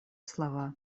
слова